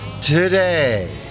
today